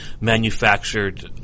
manufactured